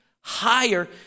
higher